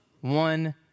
one